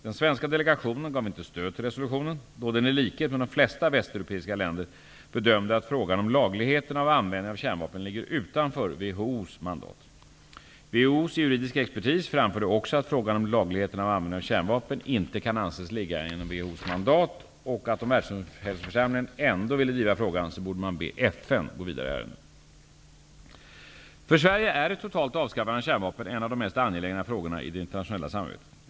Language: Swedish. Den svenska delegationen gav inte stöd till resolutionen då den i likhet med de flesta västeuropeiska länder bedömde att frågan om lagligheten av användning av kärnvapen ligger utanför WHO:s mandat. WHO:s juridiska expertis framförde också att frågan om lagligheten av användning av kärnvapen inte kan anses ligga inom WHO:s mandat och att om Världshälsoförsamlingen ändå ville driva frågan så borde man be FN gå vidare i ärendet. För Sverige är ett totalt avskaffande av kärnvapen en av de mest angelägna frågorna i det internationella samarbetet.